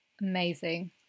amazing